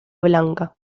blanca